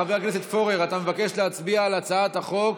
חבר הכנסת פורר: אתה מבקש להצביע על הצעת החוק